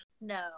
no